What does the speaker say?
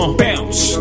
bounce